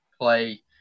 play